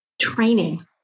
training